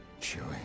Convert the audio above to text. Chewing